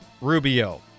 Rubio